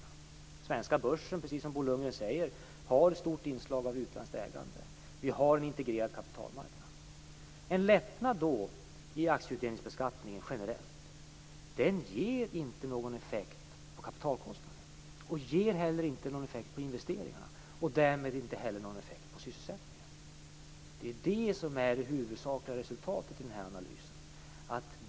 Den svenska börsen har, precis som Bo Lundgren säger, ett stort inslag av utländskt ägande. Vi har en integrerad kapitalmarknad. En lättnad i aktieutdelningsbeskattningen generellt ger inte någon effekt på kapitalkostnaden. Det ger heller inte någon effekt på investeringarna och därmed inte heller på sysselsättningen. Det är det huvudsakliga resultatet i analysen.